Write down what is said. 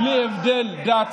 בלי הבדלי דת,